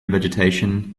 vegetation